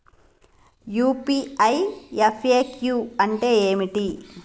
UPI FAQ అంటే ఏమిటి?